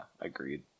agreed